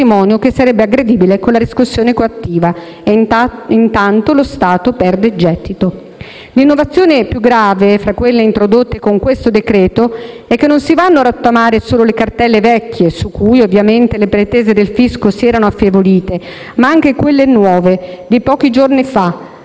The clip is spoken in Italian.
scomparire il patrimonio che sarebbe aggredibile con la riscossione coattiva. E intanto lo Stato perde gettito. L'innovazione più grave tra quelle introdotte con questo decreto-legge è che non si vanno a rottamare solo le cartelle vecchie, su cui ovviamente le pretese del fisco si erano affievolite, ma anche quelle nuove, di pochi giorni fa,